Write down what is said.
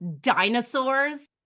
Dinosaurs